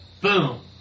Boom